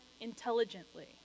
intelligently